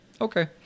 okay